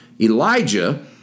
Elijah